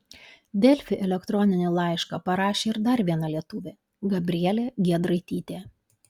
delfi elektroninį laišką parašė ir dar viena lietuvė gabrielė giedraitytė